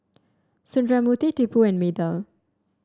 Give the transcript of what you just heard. Sundramoorthy Tipu and Medha